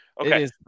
Okay